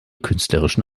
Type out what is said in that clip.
künstlerischen